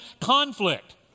conflict